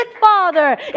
father